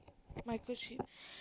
micro chip